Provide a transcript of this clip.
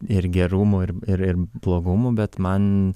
ir gerumų ir ir blogumų bet man